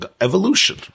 Evolution